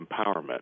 empowerment